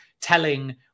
telling